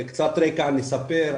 קצת רקע נספר,